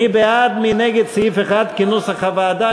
מי בעד ומי נגד סעיף 1 כנוסח הוועדה,